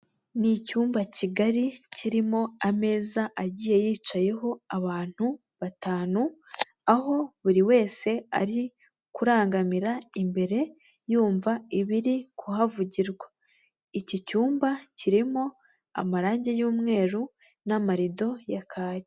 Ni icyumba kigari kirimo ameza agiye yicayeho abantu batanu, aho buri wese ari kurangamira imbere, yumva ibiri kuhavugirwa. Iki cyumba kirimo amarange y'umweru n'amarido ya kaki.